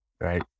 Right